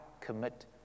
commit